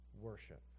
worship